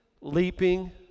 leaping